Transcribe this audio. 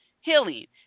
healing